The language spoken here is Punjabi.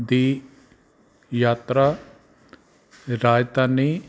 ਦੀ ਯਾਤਰਾ ਰਾਜਧਾਨੀ